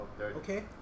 okay